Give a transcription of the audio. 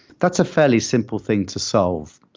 that's a fairly simple thing to solve.